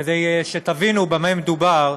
כדי שתבינו במה מדובר,